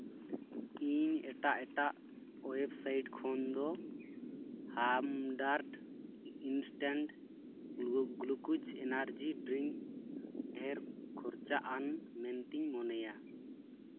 ᱤᱧ ᱮᱴᱟᱜ ᱮᱴᱟᱜ ᱳᱭᱮᱵᱽᱥᱟᱭᱤᱴ ᱠᱷᱚᱱ ᱫᱚ Hamdard instant glucose energy drink ᱰᱷᱮᱨ ᱠᱷᱚᱨᱪᱟᱼᱟᱱ ᱢᱮᱱᱛᱤᱧ ᱢᱚᱱᱮᱭᱟ